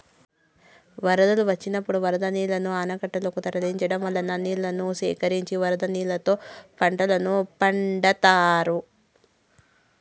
వరదలు వచ్చినప్పుడు వరద నీళ్ళను ఆనకట్టలనకు తరలించడం వల్ల నీళ్ళను సేకరించి వరద నీళ్ళతో పంటలను పండిత్తారు